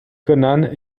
conan